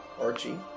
Archie